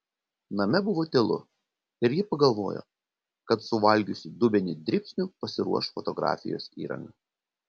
name buvo tylu ir ji pagalvojo kad suvalgiusi dubenį dribsnių pasiruoš fotografijos įrangą